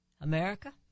America